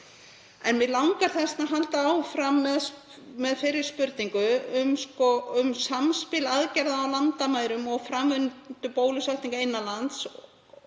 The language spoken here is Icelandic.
Mig langar þess vegna að halda áfram með fyrri spurningu um samspil aðgerða á landamærum og framvindu bólusetningar innan lands í